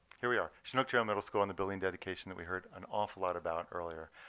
here we are. chinook trail middle school and the building dedication that we heard an awful lot about earlier.